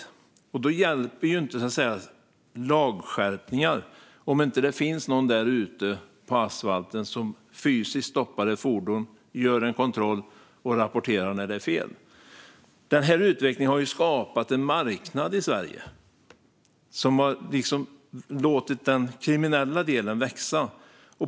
Lagskärpningar hjälper inte om det inte finns någon där ute på asfalten som fysiskt stoppar fordon, gör kontroller och rapporterar när det är fel. Den här utvecklingen har skapat en marknad i Sverige som har låtit den kriminella delen växa.